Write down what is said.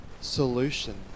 solution